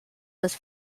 was